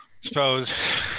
suppose